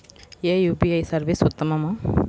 ఏ UPI service ఉత్తమము?